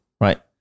right